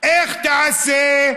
איך תעשה,